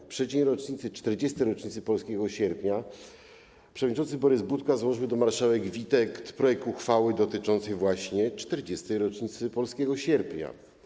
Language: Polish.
W przeddzień 40. rocznicy polskiego Sierpnia przewodniczący Borys Budka złożył do marszałek Witek projekt uchwały dotyczący właśnie 40. rocznicy polskiego Sierpnia.